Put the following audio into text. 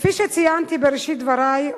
כפי שציינתי בראשית דברי,